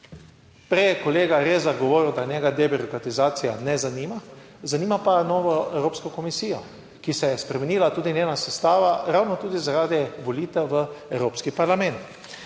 prej je kolega Rezar govoril, da je njega debirokratizacija ne zanima. Zanima pa novo evropsko komisijo, ki se je spremenila tudi njena sestava, ravno tudi zaradi volitev v Evropski parlament.